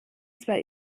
zwar